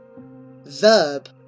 Verb